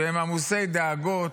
שהם עמוסי דאגות,